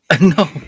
No